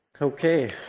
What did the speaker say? Okay